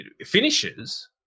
Finishes